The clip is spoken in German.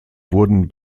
wurden